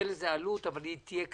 תהיה לזה עלות, אבל היא תהיה כדאית.